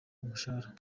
umushahara